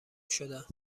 شدن